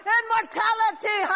immortality